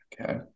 Okay